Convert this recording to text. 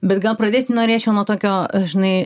bet gal pradėti norėčiau nuo tokio žinai